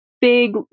big